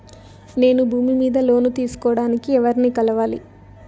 నేను భూమి మీద లోను తీసుకోడానికి ఎవర్ని కలవాలి?